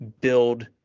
build